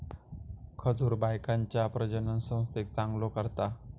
खजूर बायकांच्या प्रजननसंस्थेक चांगलो करता